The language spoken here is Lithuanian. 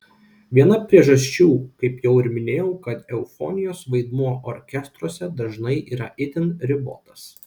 viena priežasčių kaip jau ir minėjau kad eufonijos vaidmuo orkestruose dažnai yra itin ribotas